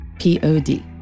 P-O-D